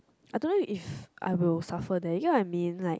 I don't know if I will suffer there you get what I mean like